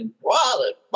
Wallet